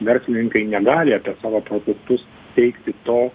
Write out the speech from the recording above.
verslininkai negali apie savo produktus teikti to